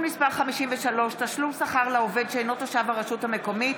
מס' 53) (תשלום שכר לעובד שאינו תושב הרשות המקומית),